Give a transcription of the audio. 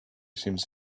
seems